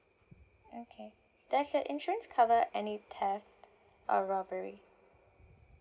okay does your insurance cover any theft or robbery